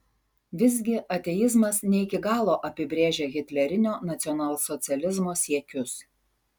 visgi ateizmas ne iki galo apibrėžia hitlerinio nacionalsocializmo siekius